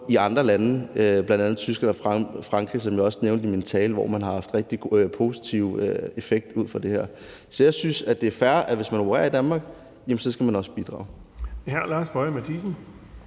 i andre lande, bl.a. i Tyskland og Frankrig, som jeg også nævnte i min tale, hvor man har haft en rigtig positiv effekt af det her. Så jeg synes, at det er fair, at hvis man opererer i Danmark, skal man også bidrage. Kl. 10:38 Den fg.